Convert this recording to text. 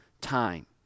time